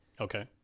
Okay